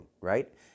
right